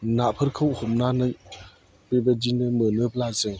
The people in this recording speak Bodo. नाफोरखौ हमनानै बिबायदिनो मोनोब्ला जों